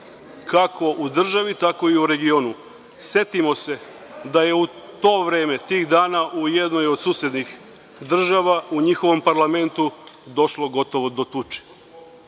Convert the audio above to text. kako u državi, tako i u regionu. Setimo se da je u to vreme, tih dana, u jednoj od susednih država, u njihovom parlamentu došlo gotovo do tuče.